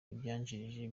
ivyagiriji